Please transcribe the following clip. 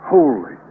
Holy